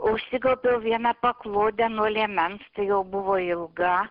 užsigobiau vieną paklodę nuo liemens tai jau buvo ilga